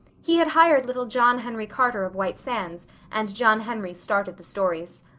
he had hired little john henry carter of white sands and john henry started the stories.